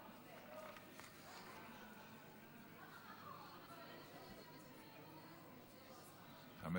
חמש